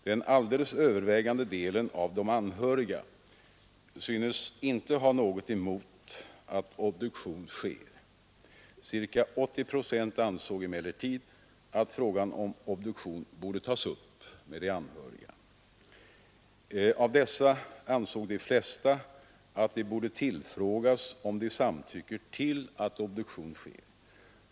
Den alldeles övervägande delen av de anhöriga synes inte ha något emot att obduktion sker. Ca 80 procent ansåg emellertid att frågan om obduktion borde tas upp med de anhöriga. Av dessa ansåg de flesta att de borde tillfrågas om de samtycker till att obduktion sker.